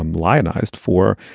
um lionized for.